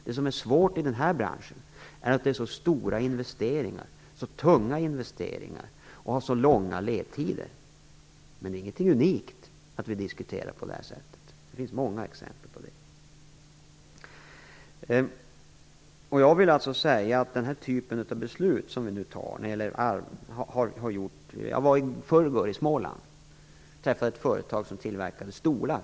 Det som är svårt i den här branschen är att det är så stora och tunga investeringar och att de har så lång ledtider. Men det är inget unikt att vi diskuterar på det här sättet. Det finns många exempel på det. Jag var i förrgår i Småland, där jag träffade ett företag som tillverkar stolar.